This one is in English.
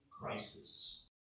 crisis